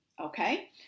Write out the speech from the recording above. Okay